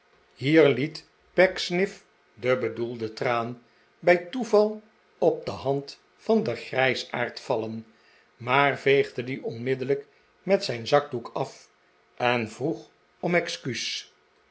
hier liet pecksniff de bedoelde traan bij toeval op de hand van den grijsaard vallen maar veegde die onmiddellijk met zijn zakdoek af en vroeg om excuus